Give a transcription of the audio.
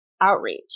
outreach